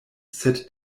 sed